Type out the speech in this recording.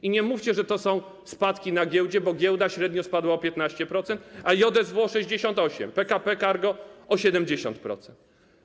I nie mówcie, że to są spadki na giełdzie, bo giełda średnio spadła o 15%, a JSW - o 68, PKP Cargo - o 70%.